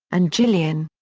and gillian.